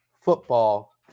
football